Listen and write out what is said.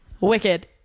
Wicked